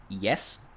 Yes